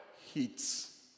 heats